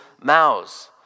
mouths